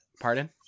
pardon